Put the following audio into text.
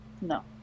No